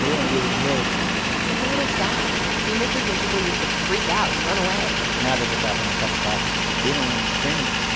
don't really know it's a little sad. he misses when people used to freak out and run away now they just offer him a cup of coffee they don't understand.